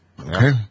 Okay